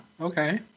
okay